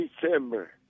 December